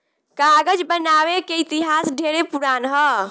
कागज बनावे के इतिहास ढेरे पुरान ह